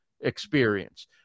experience